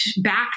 back